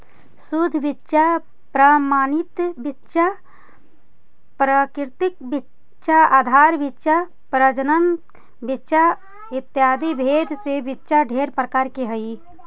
शुद्ध बीच्चा प्रमाणित बीच्चा पंजीकृत बीच्चा आधार बीच्चा प्रजनन बीच्चा इत्यादि भेद से बीच्चा ढेर प्रकार के हई